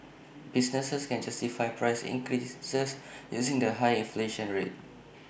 businesses can justify price increases using the high inflation rate